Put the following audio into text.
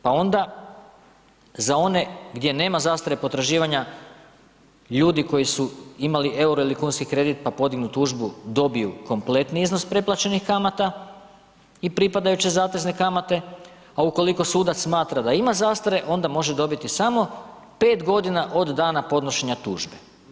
Pa onda, za one gdje nema zastare potraživanja, ljudi koji su imali euro ili kunski kredit pa podignu tužbu, dobiju kompletni iznos preplaćenih kamata i pripadajuće zatezne kamate, a ukoliko sudac smatra da ima zastare, onda može dobiti samo 5 godina od dana podnošenja tužbe.